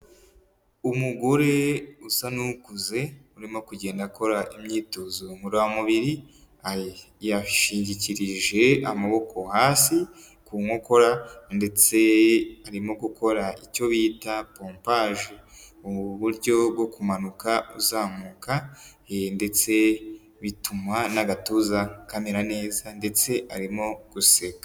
Umugore usa n'ukuze urimo kugenda akora imyitozo ngororamubiri, yashingikirije amaboko hasi ku nkokora ndetse arimo gukora icyo bita pompaje, ni uburyo bwo kumanuka uzamuka ndetse bituma n'agatuza kamera neza ndetse arimo guseka.